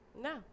No